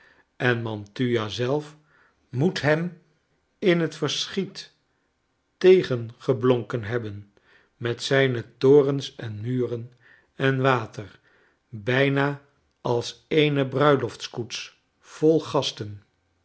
en mantua zelf moet hem in het verschiet tegengeblonken hebben met zijne torens en muren en water bijna als eene bruiloftskoets vol gasten